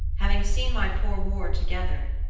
having seen my poor ward together,